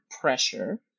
pressure